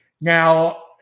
now